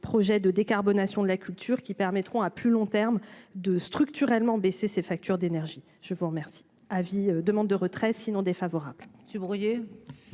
projets de décarbonation de la culture qui permettront à plus long terme, 2 structurellement baisser ses factures d'énergie, je vous remercie avis demande de retrait sinon défavorable